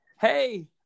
Hey